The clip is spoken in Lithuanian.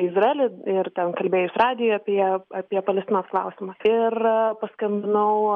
izraelį ir ten kalbėjus radijui apie apie palestinos klausimą ir paskambinau